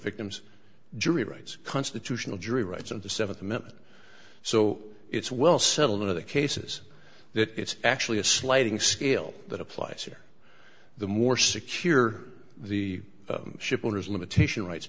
victim's jury rights constitutional jury rights of the th amendment so it's well settled in other cases that it's actually a sliding scale that applies here the more secure the shipowners limitation rights